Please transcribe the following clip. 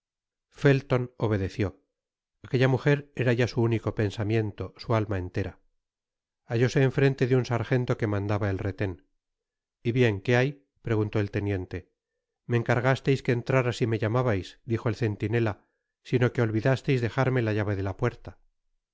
felton obedeció aquella mujer era ya su único pensamiento su alma entera hallóse en frente de un sargento que mandaba el reten y bien qué hay preguntó el teniente me encargasteis que entrara si me llamabais dijo el centinela sino que olvidasteis dejarme la llave de la puerta